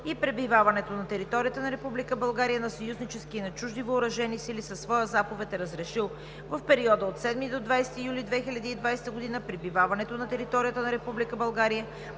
и пребиваването на територията на Република България на съюзнически и на чужди въоръжени сили със своя заповед е разрешил в периода от 7 до 20 юли 2020 г. пребиваването на територията на